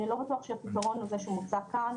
לא בטוח שהפתרון הוא זה שמוצע כאן.